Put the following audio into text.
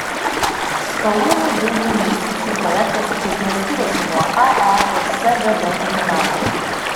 skalūnų dujų investicijų projektas iš esmės skiriasi nuo ae ir sgd terminalo